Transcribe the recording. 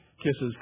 Kisses